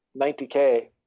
90K